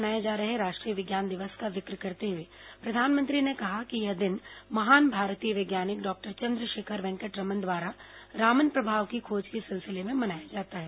आज मनाये जा रहे राष्ट्रीय विज्ञान दिवस का जिक्र करते हुए प्रधानमंत्री ने कहा कि यह दिन महान भारतीय वैज्ञानिक डॉक्टर चन्द्रशेखर वेंकट रामन द्वारा रामन प्रभाव की खोज के सिलसिले में मनाया जाता है